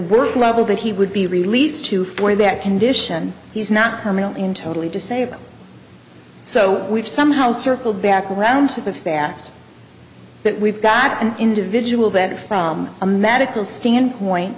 work level that he would be released to for that condition he's not permanently in totally disabled so we've somehow circle back around to the bat that we've got an individual that from a medical standpoint